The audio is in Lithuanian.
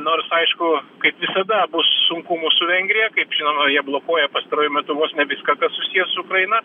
nors aišku kaip visada bus sunkumų su vengrija kaip žinoma jie blokuoja pastaruoju metu vos ne viską kas susiję su ukraina